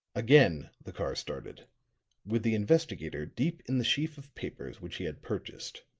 again the car started with the investigator deep in the sheaf of papers which he had purchased.